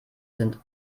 sind